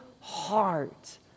heart